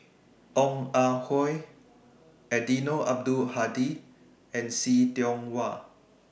Ong Ah Hoi Eddino Abdul Hadi and See Tiong Wah